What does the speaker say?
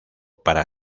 para